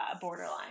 borderline